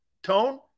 Tone